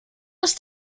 ist